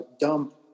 dump